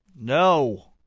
No